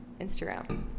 Instagram